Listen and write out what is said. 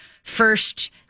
First